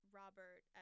robert